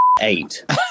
eight